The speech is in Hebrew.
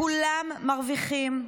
כולם מרוויחים.